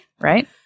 right